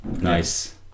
nice